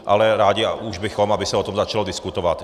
Ale rádi už bychom, aby se o tom začalo diskutovat.